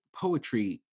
poetry